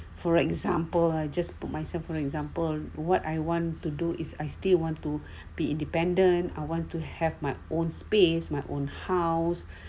for example I just put myself for example what I want to do is I still want to be independent I want to have my own space my own house